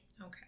Okay